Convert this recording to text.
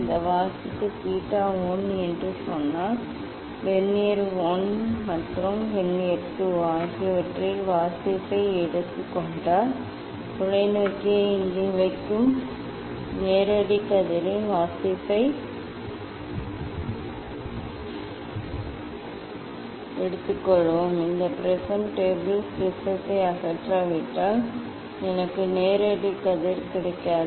இந்த வாசிப்பு தீட்டா 1 என்று சொன்னால் வெர்னியர் 1 மற்றும் வெர்னியர் 2 ஆகியவற்றில் வாசிப்பை எடுத்துக் கொண்டால் தொலைநோக்கியை இங்கே வைக்கும் நேரடி கதிரின் வாசிப்பை எடுத்துக்கொள்வோம் இந்த ப்ரிஸம் டேபிள் ப்ரிஸத்தை அகற்றாவிட்டால் எனக்கு நேரடி கதிர் கிடைக்காது